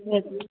की